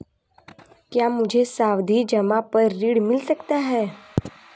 क्या मुझे सावधि जमा पर ऋण मिल सकता है?